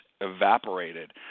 evaporated